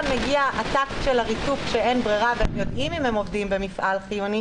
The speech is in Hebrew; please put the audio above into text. מגיע הטקט של הריתוק שאין ברירה והם יודעים אם הם עובדים במפעל חיוני,